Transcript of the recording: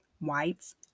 whites